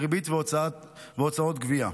ריבית והוצאות גבייה.